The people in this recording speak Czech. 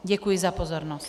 Děkuji za pozornost.